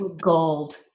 gold